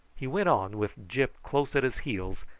he went on, with gyp close at his heels,